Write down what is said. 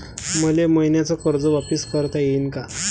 मले मईन्याचं कर्ज वापिस करता येईन का?